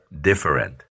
different